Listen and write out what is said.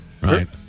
Right